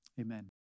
Amen